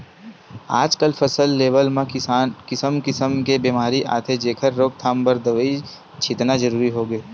आजकल फसल लेवब म किसम किसम के बेमारी आथे जेखर रोकथाम बर दवई छितना जरूरी होथे